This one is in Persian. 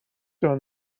جان